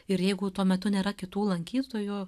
ir jeigu tuo metu nėra kitų lankytojų